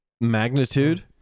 magnitude